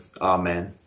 Amen